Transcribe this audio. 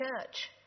church